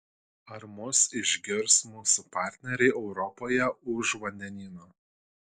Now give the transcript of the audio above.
ar mus išgirs mūsų partneriai europoje už vandenyno